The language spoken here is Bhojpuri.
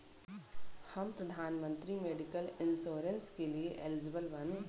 हम प्रधानमंत्री मेडिकल इंश्योरेंस के लिए एलिजिबल बानी?